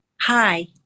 Hi